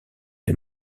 les